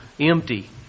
empty